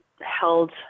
held